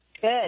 Good